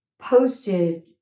Posted